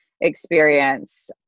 experience